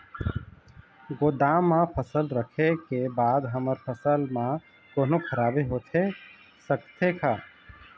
गोदाम मा फसल रखें के बाद हमर फसल मा कोन्हों खराबी होथे सकथे का?